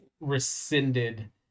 rescinded